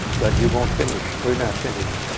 but you won't finish. we're not finished.